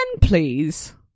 please